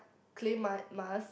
clay mud mask